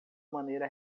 maneira